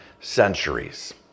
centuries